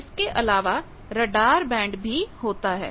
इसके अलावा radar band भी होता है